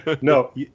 No